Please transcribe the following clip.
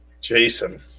Jason